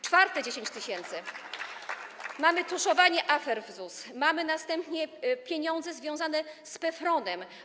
Czwarte 10 tys. mamy za tuszowanie afer w ZUS, mamy następnie pieniądze związane z PFRON-em.